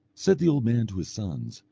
said the old man to his sons,